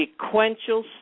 sequential